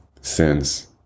sins